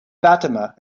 fatima